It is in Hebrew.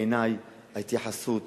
בעיני ההתייחסות,